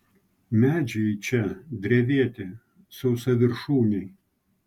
medžiai čia drevėti sausaviršūniai